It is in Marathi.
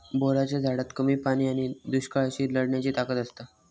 बोराच्या झाडात कमी पाणी आणि दुष्काळाशी लढण्याची ताकद असता